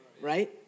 right